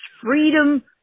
freedom